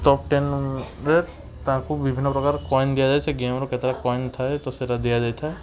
top ଟେନ୍ରେ ତାଙ୍କୁ ବିଭିନ୍ନ ପ୍ରକାର କଏନ୍ ଦିଆଯାଏ ସେ ଗେମ୍ରେ କେତେଟା କଏନ୍ ଥାଏ ତ ସେଟା ଦିଆଯାଇଥାଏ